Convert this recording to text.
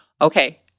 Okay